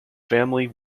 family